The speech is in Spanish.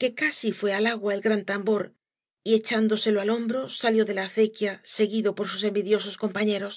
que casi fué al agua el gran tambor y eeháüdcielo al hombro salió de la acequia seguí do por sus envidiosos compañeros